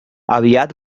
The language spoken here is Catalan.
aviat